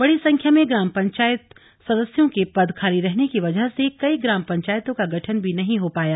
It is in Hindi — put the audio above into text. बड़ी संख्या में ग्राम पंचायत सदस्यों के पद खाली रहने की वजह से कई ग्राम पंचायतों का गठन भी नहीं हो पाया